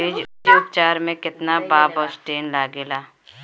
बीज उपचार में केतना बावस्टीन लागेला?